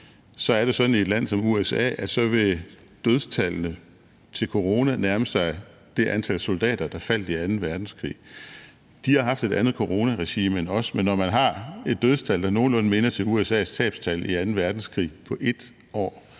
ud, er det sådan i et land som USA, at så vil dødstallet som følge af corona nærme sig det antal amerikanske soldater, der faldt i anden verdenskrig. De har haft et andet coronaregime end os, men når man har et dødstal, der nogenlunde minder om USA's tabstal i anden verdenskrig på ét år,